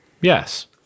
Yes